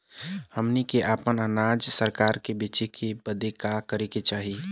हमनी के आपन अनाज सरकार के बेचे बदे का करे के चाही?